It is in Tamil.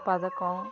பதக்கம்